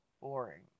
boring